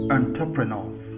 entrepreneurs